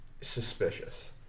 suspicious